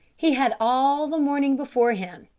he had all the morning before him,